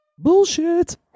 Bullshit